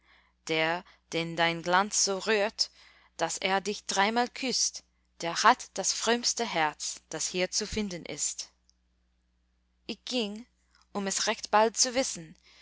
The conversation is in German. der den dein glanz so rührt daß er dich dreimal küßt der hat das frömmste herz das hier zu finden ist ich ging um es recht bald zu wissen